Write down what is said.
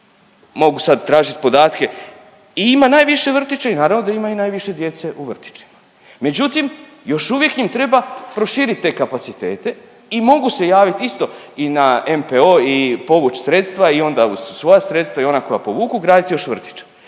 mogu sad tražit podatke i ima najviše vrtića i naravno i da ima i najviše djece u vrtićima, međutim još uvijek im treba proširit te kapacitete i mogu se javit isto i na NPO i povuć sredstva i onda uz svoja sredstva i ona koja povuku gradit još vrtiće,